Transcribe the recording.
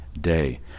day